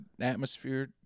atmosphere